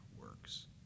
works